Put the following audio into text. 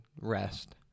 rest